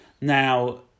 Now